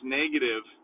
negative